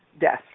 death